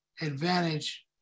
advantage